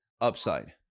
upside